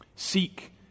Seek